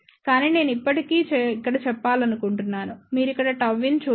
కానీ నేను ఇప్పటికీ ఇక్కడ చెప్పాలనుకుంటున్నాను మీరు ఇక్కడ Γinచూడగలరు